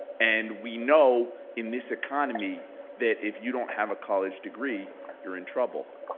and we know in this economy that if you don't have a college degree you're in trouble.